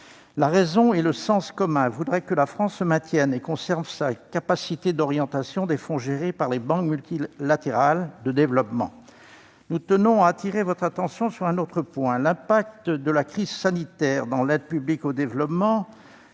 La raison et le sens commun voudraient que la France se maintienne et conserve sa capacité d'orientation des fonds gérés par les banques multilatérales de développement. Nous tenons à attirer votre attention sur un autre point. L'impact de la crise sanitaire dans l'aide publique au développement